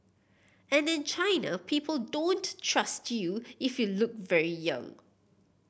and in China people don't trust you if you look very young